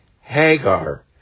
hagar